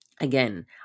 Again